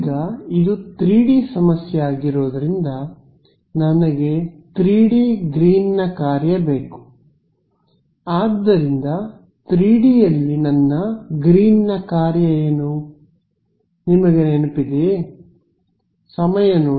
ಈಗ ಇದು 3D ಸಮಸ್ಯೆಯಾಗಿರುವುದರಿಂದ ನನಗೆ 3D ಗ್ರೀನ್ನ ಕಾರ್ಯ ಬೇಕು ಆದ್ದರಿಂದ 3D ಯಲ್ಲಿ ನನ್ನ ಗ್ರೀನ್ನ ಕಾರ್ಯ ಏನು ನಿಮಗೆ ನೆನಪಿದಯೇ